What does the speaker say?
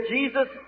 Jesus